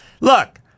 Look